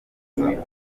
neza